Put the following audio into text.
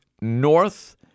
North